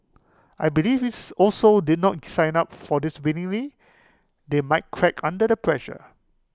I believe ifs also did not sign up for this willingly they might crack under the pressure